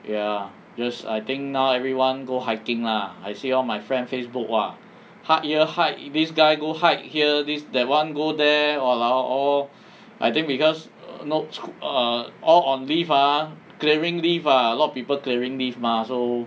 ya just I think now everyone go hiking lah I see all my friend facebook !wah! hike here hike this guy go hike here this that one go there !walao! I think because err no 出 now ah all on leave ah clearing leave a lot of people clearing leave mah so